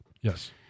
Yes